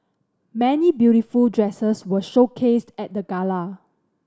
many beautiful dresses were showcased at the gala